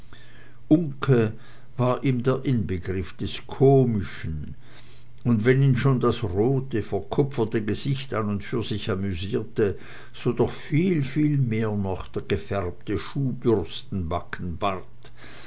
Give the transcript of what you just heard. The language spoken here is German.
uncke war ihm der inbegriff des komischen und wenn ihn schon das rote verkupferte gesicht an und für sich amüsierte so doch viel viel mehr noch der gefärbte schuhbürstenbackenbart